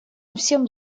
всем